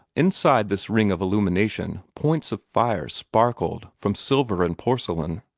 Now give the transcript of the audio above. inside this ring of illumination points of fire sparkled from silver and porcelain,